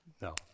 No